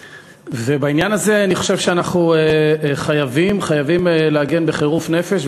ובעניין הזה אני חושב שאנחנו חייבים להגן בחירוף נפש.